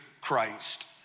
Christ